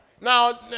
now